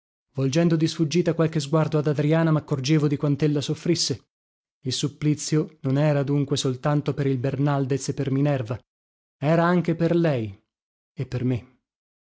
volgendo di sfuggita qualche sguardo ad adriana maccorgevo di quantella soffrisse il supplizio non era dunque soltanto per il bernaldez e per minerva era anche per lei e per me